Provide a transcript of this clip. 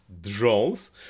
drones